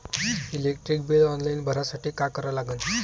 Electric bill online भरासाठी का करा लागन?